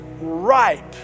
ripe